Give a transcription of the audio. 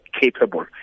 capable